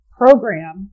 program